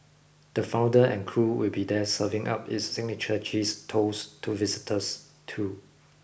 the founder and crew will be there serving up its signature cheese toast to visitors too